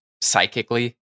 psychically